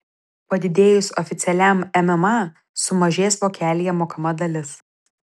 padidėjus oficialiam mma sumažės vokelyje mokama dalis